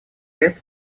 лет